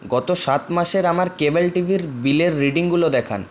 গত সাত মাসের আমার কেবল টিভির বিলের রিডিংগুলো দেখান